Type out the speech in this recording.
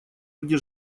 где